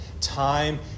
time